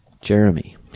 Jeremy